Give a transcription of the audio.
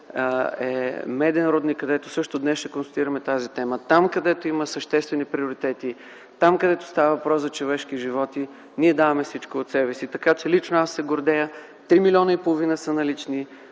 е „Меден рудник”, където също днес ще дискутираме тази тема – там, където има съществени приоритети, там, където става въпрос за човешки живот, ние даваме всичко от себе си. Така че, лично аз се гордея – 3,5 милиона са налични,